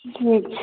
ठीक छै